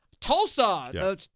Tulsa